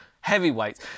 heavyweight